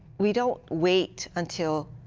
we don't wait until